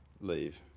leave